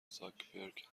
زاکبرک